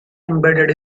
embedded